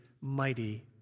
mighty